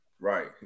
Right